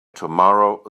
tomorrow